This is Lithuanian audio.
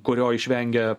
kurio išvengia